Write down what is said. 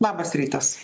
labas rytas